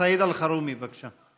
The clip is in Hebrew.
סעיד אלחרומי, בבקשה,